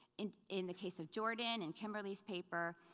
in in the case of jordan and kimberly's paper,